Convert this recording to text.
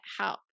help